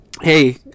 hey